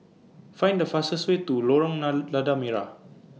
Find The fastest Way to Lorong La Lada Merah